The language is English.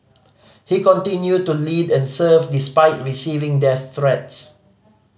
he continued to lead and serve despite receiving death threats